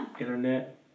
Internet